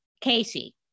Casey